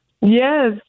Yes